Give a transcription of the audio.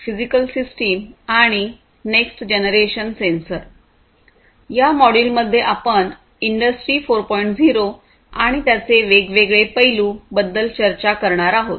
0 आणि त्याचे वेगवेगळे पैलू बद्दल चर्चा करणार आहोत